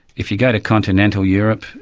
if you go to continental europe,